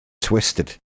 twisted